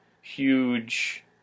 huge